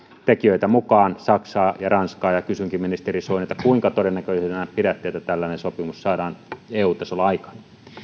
tekijöitä mukaan saksaa ja ranskaa kysynkin ministeri soinilta kuinka todennäköisenä pidätte että tällainen sopimus saadaan eu tasolla aikaan